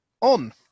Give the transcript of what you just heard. on